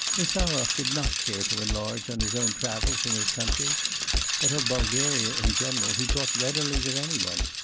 insarov did not care to enlarge on his own travels in his country but of bulgaria in general he talked readily with any one.